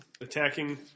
attacking